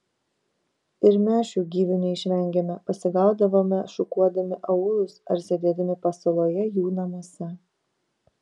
ir mes šių gyvių neišvengėme pasigaudavome šukuodami aūlus ar sėdėdami pasaloje jų namuose